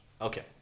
Okay